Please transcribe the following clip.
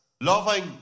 Loving